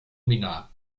minna